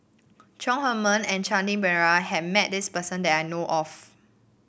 Chong Heman and Shanti Pereira had met this person that I know of